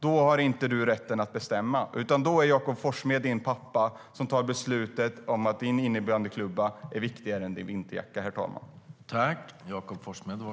Då har du inte rätt att bestämma, utan då är Jakob Forssmed din pappa som fattar beslutet om att din innebandyklubba är viktigare än din vinterjacka.